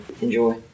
enjoy